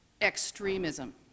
extremism